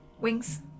Wings